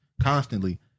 constantly